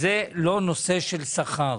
זה לא נושא של שכר,